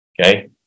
okay